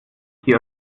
die